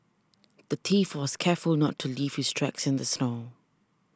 the thief was careful not to leave his tracks in the snow